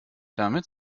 damit